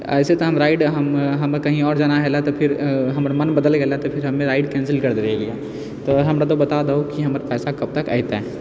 अइसे तऽ हम राइड हम कहीं आओर जाना हलऽ तऽ फिर हमर मन बदल गेलऽ तऽ फिर हमे राइड कैंसिल कर देलियै रहलियै तऽ हमरा तू बता दहू कि हमर पैसा कब तक अयतै